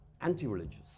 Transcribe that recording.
anti-religious